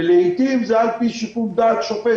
ולעתים זה על פי שיקול דעת שופט,